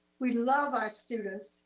we love our students,